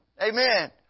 Amen